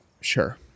Sure